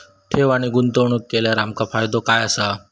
ठेव आणि गुंतवणूक केल्यार आमका फायदो काय आसा?